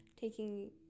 taking